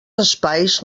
espais